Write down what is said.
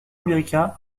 américain